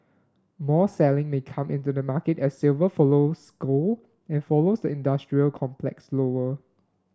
more selling may come into the market as silver follows gold and follows the industrial complex lower